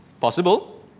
Possible